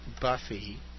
Buffy